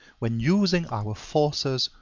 when using our forces,